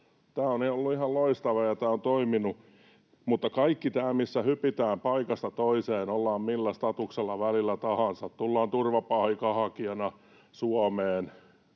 Tämä on ollut ihan loistavaa, ja tämä on toiminut. Mutta kaikki tämä, missä hypitään paikasta toiseen, ollaan välillä millä statuksella tahansa — tullaan turistina Suomeen,